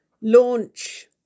launch